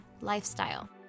lifestyle